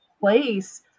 place